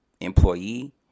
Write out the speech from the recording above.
employee